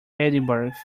edinburgh